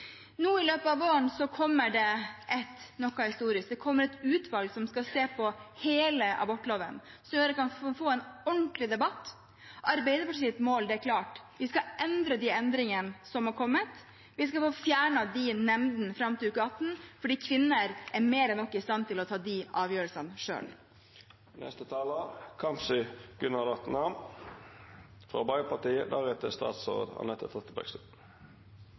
Nå, i løpet av våren, kommer det noe historisk. Det kommer et utvalg som skal se på hele abortloven, noe som gjør at vi kan få en ordentlig debatt. Arbeiderpartiets mål er klart: Vi skal endre de endringene som har kommet. Vi skal få fjernet nemndene fram til uke 18, for kvinner er mer enn nok i stand til å ta de avgjørelsene